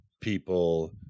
people